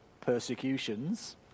persecutions